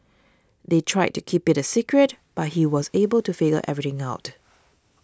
they tried to keep it a secret but he was able to figure everything out